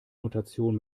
notation